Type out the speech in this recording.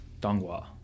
Donghua